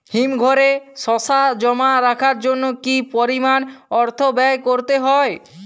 হিমঘরে শসা জমা রাখার জন্য কি পরিমাণ অর্থ ব্যয় করতে হয়?